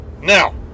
Now